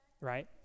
right